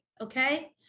Okay